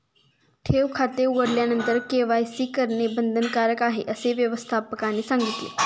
ठेव खाते उघडल्यानंतर के.वाय.सी करणे बंधनकारक आहे, असे व्यवस्थापकाने सांगितले